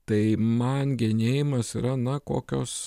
tai man genėjimas yra na kokios